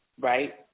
right